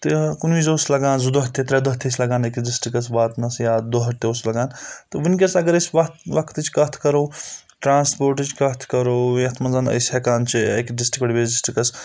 تہٕ کُنہِ وِزِ اوس لگان زٕ دۄہ تہِ ترٛےٚ دۄہ تہِ ٲسۍ لَگان أکِس ڈِسٹِرکَس واتنَس یا دۄہ تہِ اوس لَگان تہٕ وٕنکؠس اگر أسۍ وَتھ وقتٕچ کَتھ کَرو ٹَرٛانَسپوٹٕچ کَتھ کَرو یَتھ منٛز أسۍ ہیٚکان چھِ أکِس ڈِسٹِرک بیٚیِس ڈِسٹِرکَس